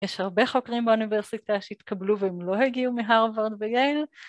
יש הרבה חברים באוניברסיטה שהתקבלו והם לא הגיעו מהרווארד וייל.